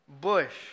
Bush